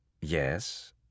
Yes